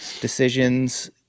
decisions